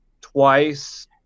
twice